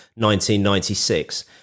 1996